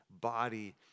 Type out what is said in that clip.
body